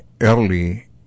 early